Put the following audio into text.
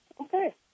Okay